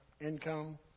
income